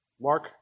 Mark